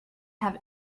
have